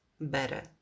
better